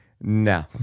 no